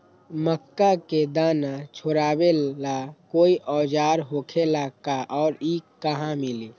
मक्का के दाना छोराबेला कोई औजार होखेला का और इ कहा मिली?